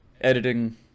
editing